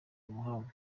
mahama